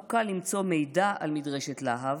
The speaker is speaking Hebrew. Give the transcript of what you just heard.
לא קל למצוא מידע על מדרשת להב